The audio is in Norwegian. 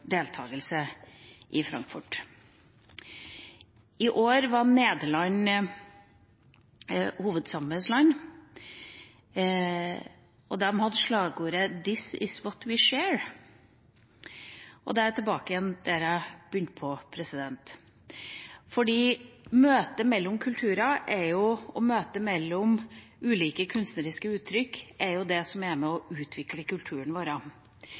deltakelse i Frankfurt. I år var Nederland hovedsamarbeidsland, og de hadde slagordet «This is what we share». Og da er jeg tilbake igjen der jeg begynte, for møter mellom kulturer og møter mellom ulike kunstneriske uttrykk er jo det som er med og utvikler kulturen vår.